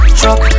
truck